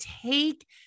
take